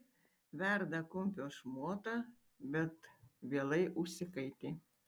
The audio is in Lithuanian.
verda kumpio šmotą bet vėlai užsikaitė